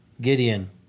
Gideon